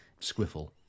squiffle